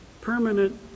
permanent